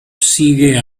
sigue